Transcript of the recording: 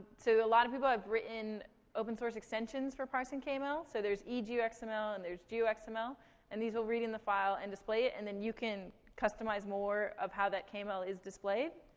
a lot of people have written open source extensions for parsing kml, so there's e geoxml, and there's geoxml. and these will read in the file and display it, and then you can customize more of how that kml is displayed.